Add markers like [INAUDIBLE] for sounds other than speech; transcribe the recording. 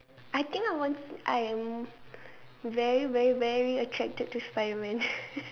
I think I want to I am very very very attracted to Spiderman [LAUGHS]